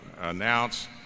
announce